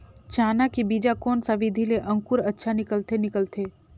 चाना के बीजा कोन सा विधि ले अंकुर अच्छा निकलथे निकलथे